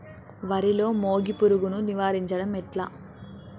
వరిలో మోగి పురుగును నివారించడం ఎట్లా?